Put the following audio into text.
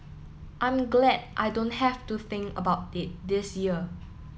I'm glad I don't have to think about it this year